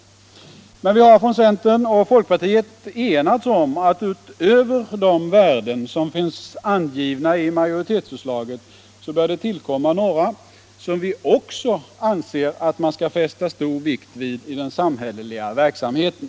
Men 4 juni 1976 vi har från centern och folkpartiet enats om, att det utöver de världen — som finns angivna i majoritetsförslaget bör tillkomma några, som vi också — Frioch rättigheter i anser att man skall fästa stor vikt vid i den samhälleliga verksamheten.